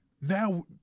now